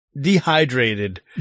dehydrated